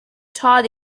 todd